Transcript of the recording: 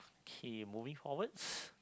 okay moving forwards